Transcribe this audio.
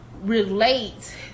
relate